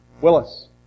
Willis